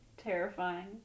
terrifying